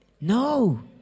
No